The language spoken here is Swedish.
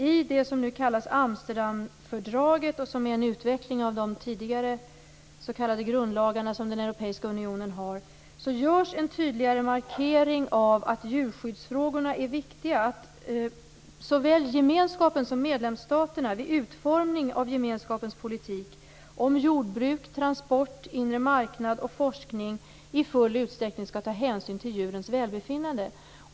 I det som nu kallas Amsterdamfördraget och som är en utveckling av de tidigare s.k. grundlagar som den europeiska unionen har görs en tydligare markering av att djurskyddsfrågorna är viktiga, att såväl gemenskapen som medlemsstaterna vid utformning av gemenskapens politik om jordbruk, transport, inre marknad och forskning i full utsträckning skall ta hänsyn till djurens välbefinnande.